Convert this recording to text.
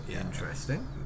Interesting